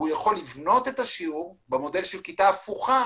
ויכול לבנות את השיעור במודל של כיתה הפוכה